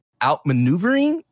outmaneuvering